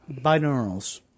binaurals